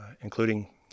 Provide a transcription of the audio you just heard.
including